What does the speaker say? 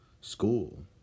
School